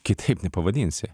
kitaip nepavadinsi